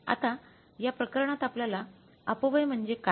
आता या प्रकरणात आपल्याला अपव्यय म्हणजे काय